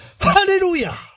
hallelujah